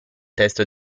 testo